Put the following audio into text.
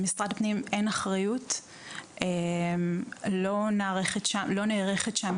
למשרד הפנים אין אחריות ולא נערכת שם